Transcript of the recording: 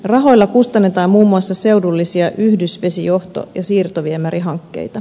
rahoilla kustannetaan muun muassa seudullisia yhdysvesijohto ja siirtoviemärihankkeita